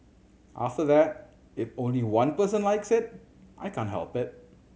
after that if only one person likes it I can't help it